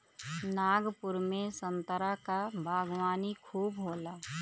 नागपुर में संतरा क बागवानी खूब होला